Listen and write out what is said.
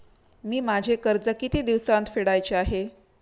मी माझे कर्ज किती दिवसांत फेडायचे आहे?